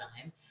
time